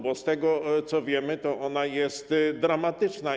Bo z tego, co wiemy, to ona jest dramatyczna.